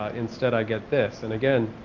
ah instead i get this. and again,